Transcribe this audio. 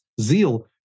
zeal